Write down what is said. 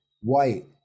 white